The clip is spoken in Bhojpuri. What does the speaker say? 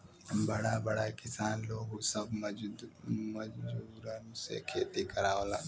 बड़ा बड़ा किसान लोग सब मजूरन से खेती करावलन